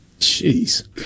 Jeez